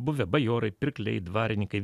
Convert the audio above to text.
buvę bajorai pirkliai dvarininkai